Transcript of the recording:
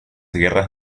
guerras